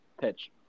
pitch